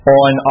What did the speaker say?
on